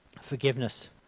forgiveness